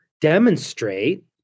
demonstrate